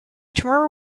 tomorrow